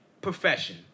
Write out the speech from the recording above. profession